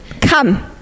Come